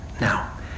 Now